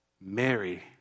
Mary